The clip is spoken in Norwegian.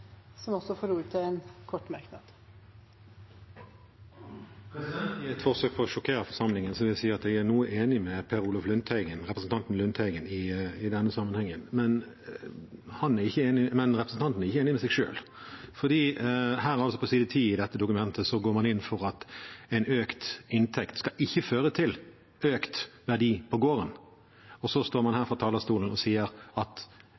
får ordet til en kort merknad, begrenset til 1 minutt. I et forsøk på å sjokkere forsamlingen vil jeg si at jeg er noe enig med representanten Per Olaf Lundteigen i denne sammenhengen. Men representanten er ikke enig med seg selv, for her, på side 10 i dette dokumentet, går man inn for at en økt inntekt ikke skal føre til økt verdi på gården, og så står man her på talerstolen og sier at